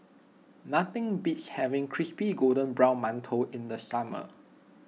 nothing beats having Crispy Golden Brown Mantou in the summer